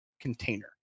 container